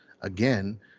Again